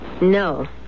No